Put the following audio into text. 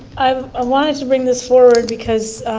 um ah wanted to bring this forward because